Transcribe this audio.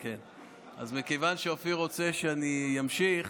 אז מכיוון שאופיר רוצה שאני אמשיך,